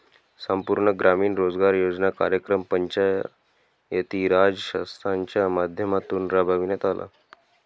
संपूर्ण ग्रामीण रोजगार योजना कार्यक्रम पंचायती राज संस्थांच्या माध्यमातून राबविण्यात आला